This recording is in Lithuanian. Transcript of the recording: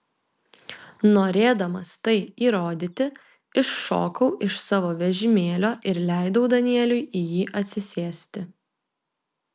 norėdamas tai įrodyti iššokau iš savo vežimėlio ir leidau danieliui į jį atsisėsti